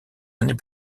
années